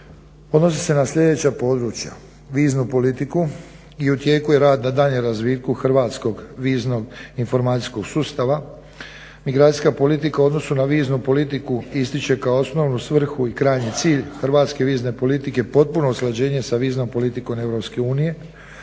odnose se na sljedeća područja: viznu politiku i u tijeku je rad na daljnjem razvitku hrvatskog viznog informacijskog sustava, migracijska politika u odnosu na viznu politiku ističe kao osnovnu svrhu i krajnji cilj hrvatske vizne politike potpuno usklađenje sa viznom politikom EU,